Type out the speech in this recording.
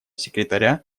секретаря